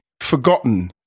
forgotten